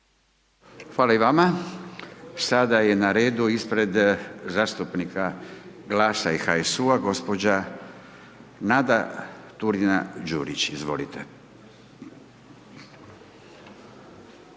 Hvala i vama, sada je na redu ispred zastupnika GLAS-a i HSU-a gospođa Nada Turina Đurić, izvolite.